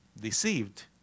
deceived